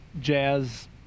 Jazz